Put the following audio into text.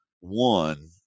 one